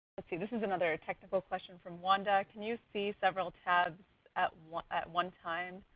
let's see this is another technical question from wanda. can you see several tabs at one at one time?